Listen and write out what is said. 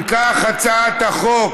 אם כך, הצעת חוק